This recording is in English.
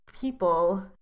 people